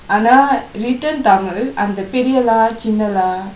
ஆனா:aanaa written tamil அந்த பெரிய ற சின்ன ர:andtha periya ra chinna ra